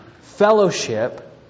fellowship